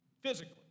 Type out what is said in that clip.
physically